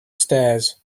stairs